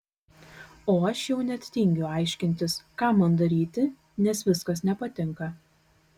o aš jau net tingiu aiškintis ką man daryti nes viskas nepatinka